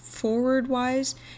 Forward-wise